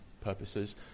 purposes